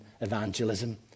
evangelism